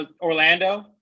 Orlando